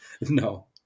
No